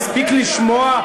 מספיק לשמוע,